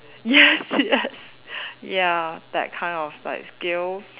yes yes ya that kind of like skill